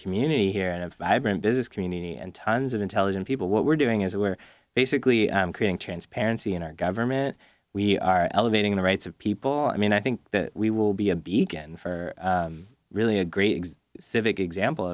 community here and of business community and tons of intelligent people what we're doing is we're basically creating transparency in our government we are elevating the rights of people i mean i think that we will be a beacon for really a great exe civic example